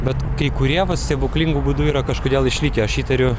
bet kai kurie stebuklingu būdu yra kažkodėl išlikę aš įtariu